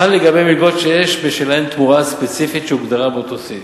חל לגבי מלגות שיש בשלהן תמורה ספציפית שהוגדרה באותו סעיף.